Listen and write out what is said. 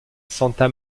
santa